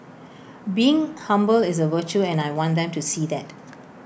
being humble is A virtue and I want them to see that